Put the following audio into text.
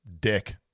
dick